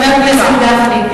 חבר הכנסת גפני,